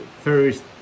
first